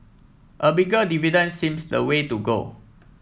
a bigger dividend seems the way to go